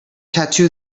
tattoo